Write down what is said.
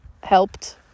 helped